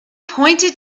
pointed